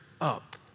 up